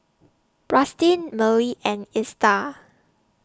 Rustin Mearl and Esta